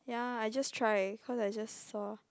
ya I just try cause I just saw